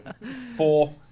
Four